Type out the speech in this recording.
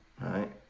Right